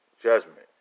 judgment